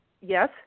Yes